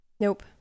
Nope